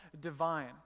divine